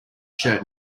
shirt